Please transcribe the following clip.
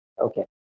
Okay